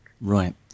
Right